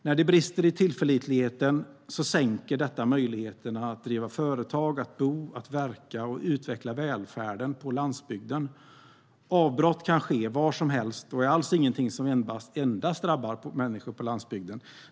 När det brister i tillförlitligheten sänker detta möjligheterna att driva företag, att bo, verka och utveckla välfärden på landsbygden. Avbrott kan ske var som helst och är alls ingenting som endast drabbar människor på landsbygden.